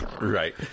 Right